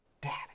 Daddy